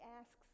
asks